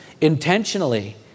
intentionally